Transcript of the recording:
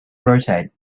rotate